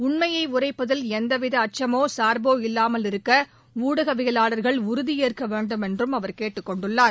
உண்மையை உரைப்பதில் எந்தவித அச்சமோ சார்போ இல்லாமல் இருக்க ஊடகவியலாளர்கள் உறுதி ஏற்க வேண்டும் என்றும் அவர் கேட்டுக்கொண்டுள்ளார்